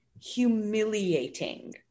humiliating